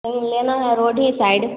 हमें लेना है रोड ही साइड